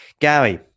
Gary